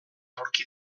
aurki